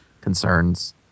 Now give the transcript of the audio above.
Concerns